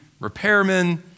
repairmen